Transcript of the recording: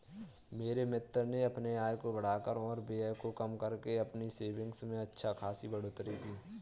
मेरे मित्र ने अपने आय को बढ़ाकर और व्यय को कम करके अपनी सेविंग्स में अच्छा खासी बढ़ोत्तरी की